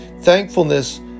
Thankfulness